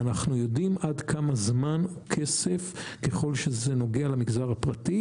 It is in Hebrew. אנו יודעים עד כמה זמן זה כסף ככל שזה נוגע למגזר הפרטי.